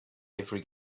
every